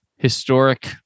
historic